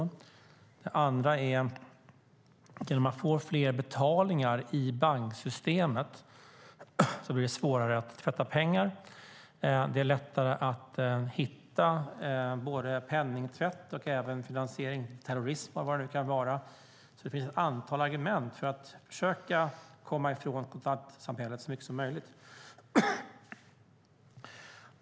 Ett annat är att genom att man får fler betalningar i banksystemet blir det svårare att tvätta pengar. Det är lättare att hitta både penningtvätt och finansiering av terrorism och vad det nu kan vara. Det finns ett antal argument för att försöka komma ifrån kontantsamhället så mycket som möjligt.